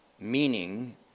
meaning